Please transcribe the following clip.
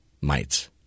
mites